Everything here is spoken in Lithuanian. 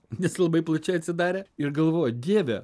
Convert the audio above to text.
nes labai plačiai atsidarė ir galvoju dieve